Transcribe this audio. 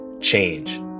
Change